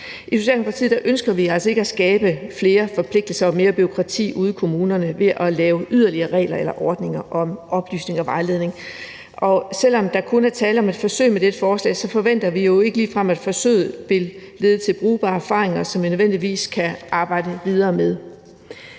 I Socialdemokratiet ønsker vi altså ikke at skabe flere forpligtelser og mere bureaukrati ude i kommunerne ved at lave yderligere regler eller ordninger om oplysning og vejledning, og selv om der kun er tale om et forsøg med dette forslag, forventer vi jo ikke ligefrem, at forsøget vil lede til brugbare erfaringer, som vi nødvendigvis kan arbejde videre med.